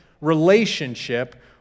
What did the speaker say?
relationship